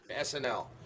SNL